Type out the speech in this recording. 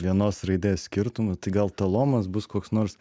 vienos raidės skirtumu tai gal talomas bus koks nors